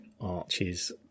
arches